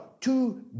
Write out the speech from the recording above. two